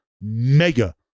mega